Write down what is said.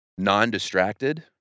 non-distracted